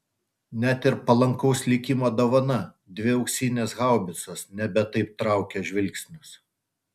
net ir palankaus likimo dovana dvi auksinės haubicos nebe taip traukė žvilgsnius